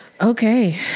Okay